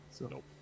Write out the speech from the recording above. Nope